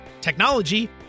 technology